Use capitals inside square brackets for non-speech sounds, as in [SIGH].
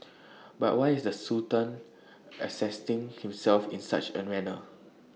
but why is the Sultan [UNINTELLIGIBLE] himself in such A manner